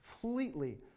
completely